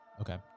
Okay